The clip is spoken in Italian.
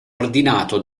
ordinato